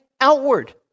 outward